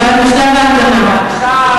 ועכשיו,